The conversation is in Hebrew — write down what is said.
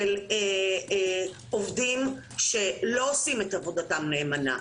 של עובדים שלא עושים את עבודתם נאמנה,